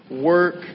Work